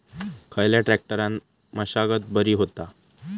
खयल्या ट्रॅक्टरान मशागत बरी होता?